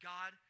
God